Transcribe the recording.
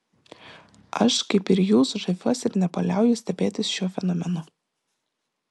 aš kaip ir jūs žaviuosi ir nepaliauju stebėtis šiuo fenomenu